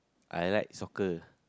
I like soccer